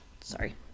Sorry